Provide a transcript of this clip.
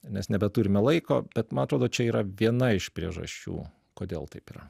nes nebeturime laiko bet man atrodo čia yra viena iš priežasčių kodėl taip yra